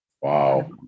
Wow